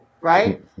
Right